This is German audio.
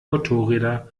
motorräder